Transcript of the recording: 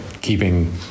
keeping